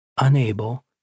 unable